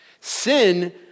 Sin